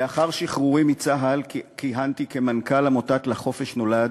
לאחר שחרורי מצה"ל כיהנתי כמנכ"ל עמותת "לחופש נולד",